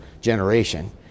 generation